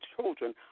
children